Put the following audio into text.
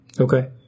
Okay